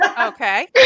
okay